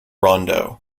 rondo